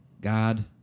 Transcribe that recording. God